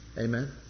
Amen